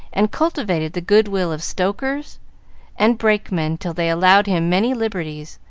and cultivated the good-will of stokers and brakemen till they allowed him many liberties,